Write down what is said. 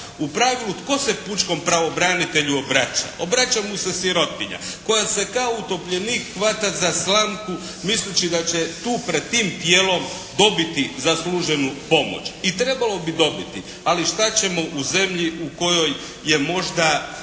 U pravilu tko se pučkom pravobranitelju obraća? Obraća mu se sirotinja koja se kao utopljenik hvata za slamku misleći da će tu pred tim tijelom dobiti zasluženu pomoć i trebalo bi dobiti. Ali što ćemo u zemlji u kojoj je možda